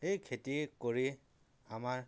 এই খেতি কৰি আমাৰ